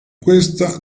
questa